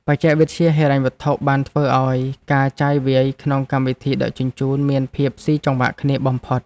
បច្ចេកវិទ្យាហិរញ្ញវត្ថុបានធ្វើឱ្យការចាយវាយក្នុងកម្មវិធីដឹកជញ្ជូនមានភាពស៊ីចង្វាក់គ្នាបំផុត។